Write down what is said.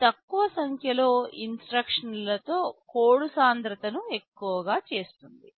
ఇది తక్కువ సంఖ్యలో ఇన్స్ట్రక్షన్లతో కోడ్ సాంద్రతను ఎక్కువగా చేస్తుంది